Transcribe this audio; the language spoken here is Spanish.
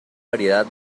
variedad